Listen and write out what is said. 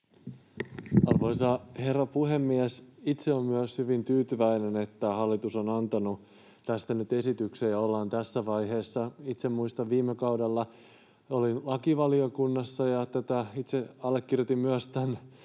Arvoisa herra puhemies! Itse olen myös hyvin tyytyväinen, että hallitus on antanut tästä nyt esityksen ja ollaan tässä vaiheessa. Itse viime kaudella olin lakivaliokunnassa ja itse allekirjoitin myös tämän